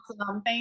awesome